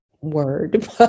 word